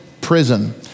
prison